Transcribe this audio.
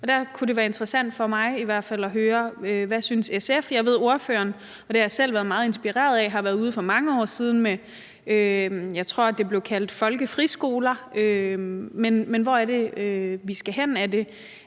Der kunne det være interessant, for mig i hvert fald, at høre, hvad SF synes. Jeg ved, at ordføreren – og det har jeg selv været meget inspireret af – for mange år siden har været ude med noget, som jeg tror blev kaldt for folkefriskoler. Men hvor er det, vi skal hen? Er det